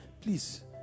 please